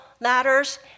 ladders